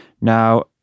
Now